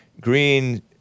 Green